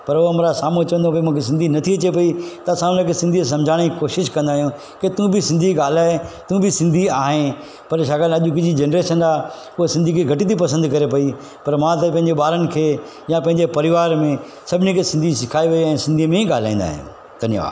पर उहो हमराह साम्हूं चवंदो की मूंखे सिंधी नथी अचे पई त असां हिन खे सिंधी सम्झाइण जी कोशिशि कंदा आहियूं की तू बि सिंधी ॻाल्हाए तू बि सिंधी आहे पर छाकाणि अॼुकल्ह जी जनरेशन आहे हुओ सिंधी खे घटि थी पंसदि करे पई पर मां त पंहिंजे ॿारनि खे या पंहिंजे परिवार में सभिनी खे सिंधी सिखाए वियो ऐं सिंधीअ में ई ॻाल्हाईंदा आहियूं